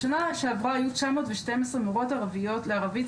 בשנה שעברה היו 912 מורות ערביות לערבית,